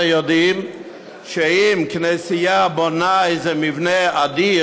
יודעים שאם כנסייה בונה איזה מבנה אדיר,